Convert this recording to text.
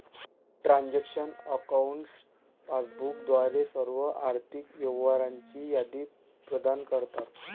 transaction accounts passbook द्वारे सर्व आर्थिक व्यवहारांची यादी प्रदान करतात